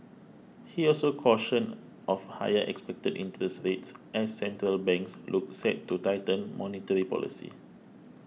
he also cautioned of higher expected interest rates as central banks look set to tighten monetary policy